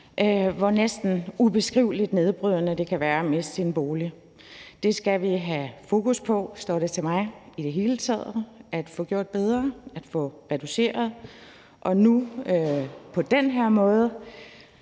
hvor næsten ubeskrivelig nedbrydende, det kan være at miste sin bolig. Det skal vi have fokus på, hvis det står til mig, i det hele taget at få gjort bedre og få reduceret. Nu er der på den her måde